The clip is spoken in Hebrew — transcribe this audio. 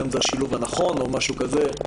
היום זה השילוב הנכון או משהו כזה,